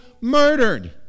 murdered